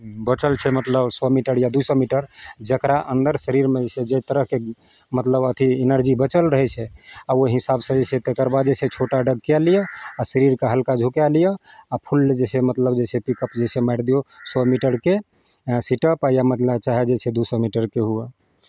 बचल छै मतलब सए मीटर या दू सए मीटर जकरा अन्दर शरीरमे जे छै जाहि तरहके मतलब अथि एनर्जी बचल रहै छै आ ओहि हिसाबसँ जे छै तकर बाद जे छै छोटा डेग कए लिअ आ शरीरके हलका झुकाए लिअ आ फुल जे छै मतलब जे छै पिकअप जे छै मारि दिऔ सए मीटरके इएह सेटअप आ इएह मतलब चाहै जे छै दू सए मीटरके हुए